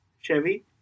Chevy